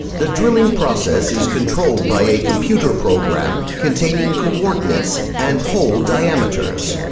the drilling process is controlled by a computer programme, containing coordinates and hole diameters.